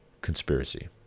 conspiracy